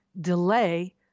delay